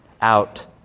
out